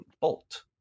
Bolt